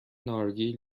نارگیل